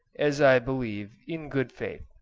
as i believe, in good faith.